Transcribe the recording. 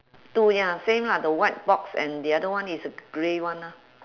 two ya same lah the white box and the other one is a grey one ah